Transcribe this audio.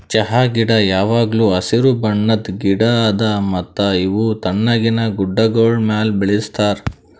ಚಹಾ ಗಿಡ ಯಾವಾಗ್ಲೂ ಹಸಿರು ಬಣ್ಣದ್ ಗಿಡ ಅದಾ ಮತ್ತ ಇವು ತಣ್ಣಗಿನ ಗುಡ್ಡಾಗೋಳ್ ಮ್ಯಾಲ ಬೆಳುಸ್ತಾರ್